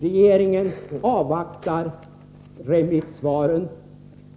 Regeringen avvaktar remissvaren.